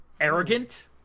arrogant